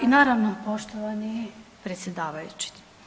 I naravno, poštovani predsjedavajući.